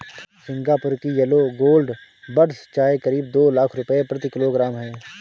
Singapore की yellow gold buds चाय करीब दो लाख रुपए प्रति किलोग्राम है